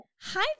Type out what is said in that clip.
Hi